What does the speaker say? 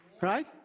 right